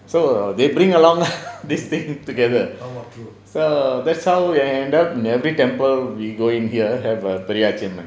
so they bring along this thing together so that's how it end up in every temple we going here have a Periyachi அம்மன்:periyaachi amman